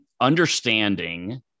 understanding